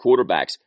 quarterbacks